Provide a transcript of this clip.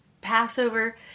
Passover